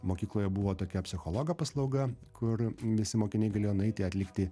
mokykloje buvo tokia psichologo paslauga kur visi mokiniai galėjo nueiti atlikti